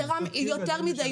יותר מזה.